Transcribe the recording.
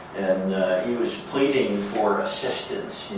and he was pleading for assistance,